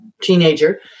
teenager